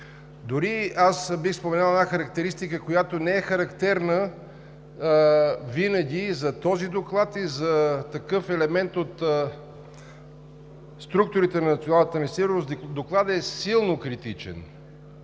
Дори бих споменал една характеристика, която не е характерна винаги за такъв доклад и за такъв елемент от структурите на националната ни сигурност. Докладът е силно критичен!